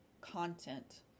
content